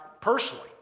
personally